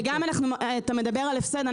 ואתה מדבר על הפסד,